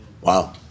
Wow